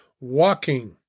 walking